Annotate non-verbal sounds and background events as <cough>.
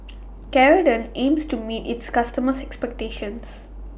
<noise> Ceradan aims to meet its customers' expectations